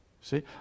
See